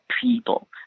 people